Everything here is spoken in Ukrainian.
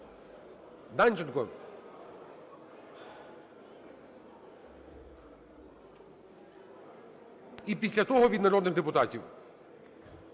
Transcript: Данченко! І після того від народних депутатів.